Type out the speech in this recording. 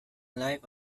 live